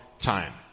time